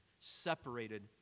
separated